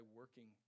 working